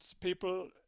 people